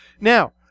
Now